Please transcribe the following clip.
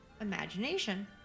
imagination